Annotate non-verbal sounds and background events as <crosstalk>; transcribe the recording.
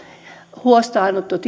huostaanottoja <unintelligible>